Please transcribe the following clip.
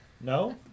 No